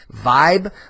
vibe